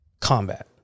combat